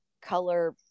color